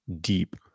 deep